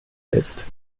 ist